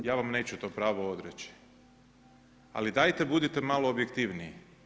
Ja vam neću to pravo odreći, ali dajte budite malo objektivniji.